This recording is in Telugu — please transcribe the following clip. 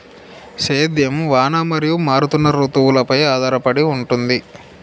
సేద్యం వాన మరియు మారుతున్న రుతువులపై ఆధారపడి ఉంటుంది